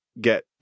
Get